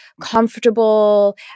comfortable